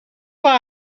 why